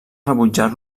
rebutjar